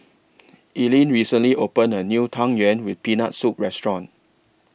Ellyn recently opened A New Tang Yuen with Peanut Soup Restaurant